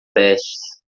testes